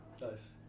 Nice